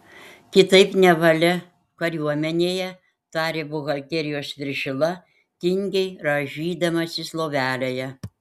kitaip nevalia kariuomenėje tarė buhalterijos viršila tingiai rąžydamasis lovelėje